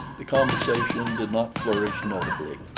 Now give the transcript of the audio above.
the conversation did not flourish notably.